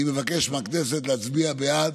אני מבקש מהכנסת להצביע בעד.